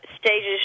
stages